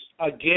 again